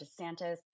DeSantis